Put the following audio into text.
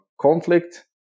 conflict